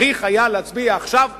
צריך היה להצביע עכשיו נגד.